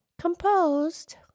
Composed